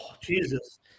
Jesus